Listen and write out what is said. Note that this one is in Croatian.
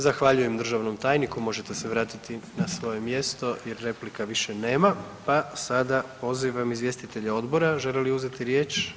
Zahvaljujem državnom tajniku, možete se vratiti na svoje mjesto jer replika više nema pa sada pozivam izvjestitelje odbora, žele li uzeti riječ?